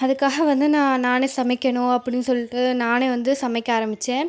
அதுக்காக வந்து நான் நானே சமைக்கணும் அப்படின்னு சொல்லிட்டு நானே வந்து சமைக்க ஆரமித்தேன்